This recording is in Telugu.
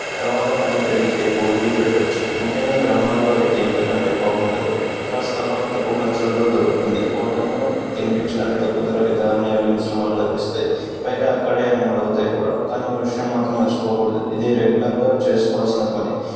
తర్వాత పని పెరిగితే కూలీ పెట్టచ్చు ముఖ్యంగా గ్రామాల్లో అయితే ఇంతకంటే బాగుండదు అక్కడ స్థలం తక్కువ ఖర్చులతో దొరుకుతుంది కోళ్ళను తినిపించడానికి తక్కువ ధరకే ధాన్యాలు మిశ్రమాలు లభిస్తాయి పైగా అక్కడే అమ్ముడవుతాయి కూడా కానీ ఓ విషయం మాత్రం మర్చిపోకూడదు ఇది రెగ్యులర్గా చేసుకోవాల్సిన పని